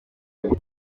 kigali